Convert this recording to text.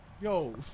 Yo